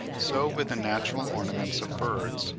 so with the natural ornaments of birds,